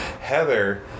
Heather